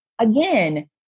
Again